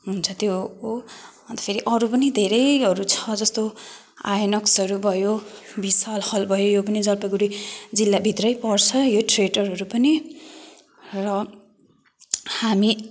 हुन्छ त्यो अन्त फेरि अरू पनि धेरैहरू छ जस्तो आइनक्सहरू भयो विशाल हल भयो यो पनि जलपाइगुडी जिल्लाभित्रै पर्छ यो थिएटरहरू पनि र हामी